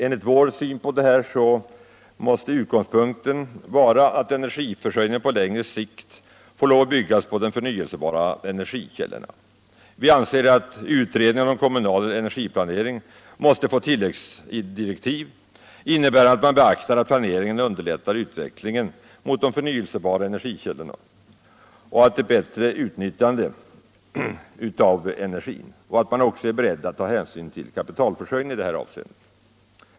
Enligt vår syn måste utgångspunkten vara att energiförsörjningen på lång sikt får lov att byggas på de förnyelsebara energikällorna. Vi anser att utredningen om kommunal energiplanering måste få tilläggsdirektiv, innebärande att man beaktar att planeringen underlättar utvecklingen mot de förnyelsebara energikällorna och ett bättre utnyttjande av energin, och att man också är beredd att ta hänsyn till kapitalförsörjningen i detta avseende.